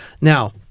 Now